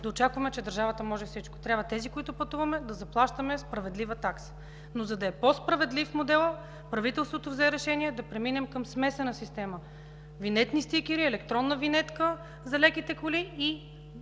да очакваме, че държавата може всичко. Трябва тези, които пътуваме, да заплащаме справедлива такса, но за да е по-справедлив моделът, правителството взе решение да преминем към смесена система: винетни стикери, електронна винетка за леките коли и